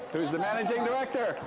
who's the managing director.